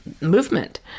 movement